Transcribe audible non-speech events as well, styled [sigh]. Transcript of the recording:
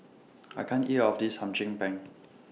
I can't eat All of This Hum Chim Peng [noise]